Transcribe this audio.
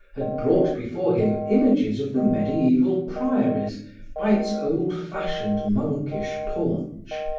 had brought before him images of the medieval priories by its old-fashioned monkish paunch,